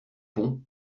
pont